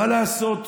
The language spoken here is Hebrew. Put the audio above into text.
מה לעשות,